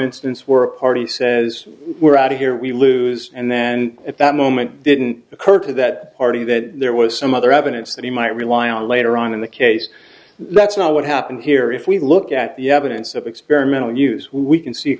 instance where a party says we're outta here we lose and then and at that moment didn't occur to that party that there was some other evidence that he might rely on later on in the case that's not what happened here if we look at the evidence of experimental use we can see